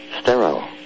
sterile